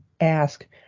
ask